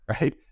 right